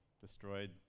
destroyed